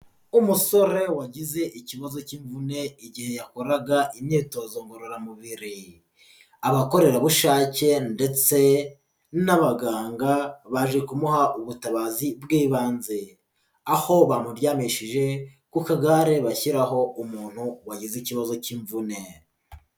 Umusore wagize ikibazo k'imvune igihe yakoraga imyitozo ngororamubiri, abakorerabushake ndetse n'abaganga baje kumuha ubutabazi bw'ibanze, aho bamuryamishije ku kagare bashyiraho umuntu wagize ikibazo k'imvune.